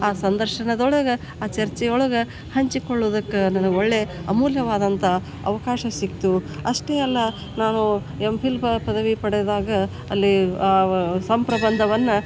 ಆ ಸಂದರ್ಶನದೊಳಗೆ ಆ ಚರ್ಚೆ ಒಳಗೆ ಹಂಚಿಕೊಳ್ಳುದಕ್ಕೆ ನನಗೆ ಒಳ್ಳೆಯ ಅಮೂಲ್ಯವಾದಂಥ ಅವಕಾಶ ಸಿಕ್ತು ಅಷ್ಟೇ ಅಲ್ಲ ನಾನು ಎಮ್ ಫಿಲ್ ಪದವಿ ಪಡೆದಾಗ ಅಲ್ಲಿ ಆ ವ ಸಂಪ್ರಬಂಧವನ್ನು